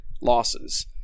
losses